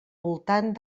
voltant